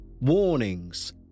warnings